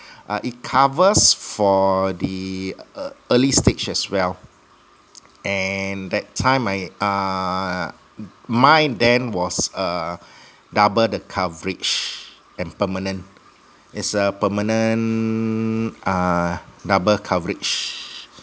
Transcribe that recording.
uh it covers for the e~ early stage as well and that time my uh my then was err double the coverage and permanent it's a permanent uh double coverage